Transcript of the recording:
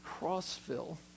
Crossville